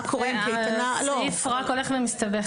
אני רואה שהסעיף רק הולך ומסתבך.